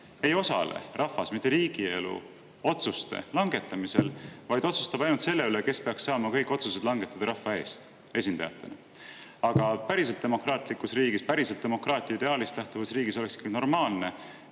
ei osale rahvas mitte riigielu otsuste langetamiseks, vaid otsustab ainult selle üle, kes peaks saama kõik otsused langetada rahva eest nende esindajatena. Aga päriselt demokraatlikus riigis, päriselt demokraatia ideaalist lähtuvas riigis oleks normaalne,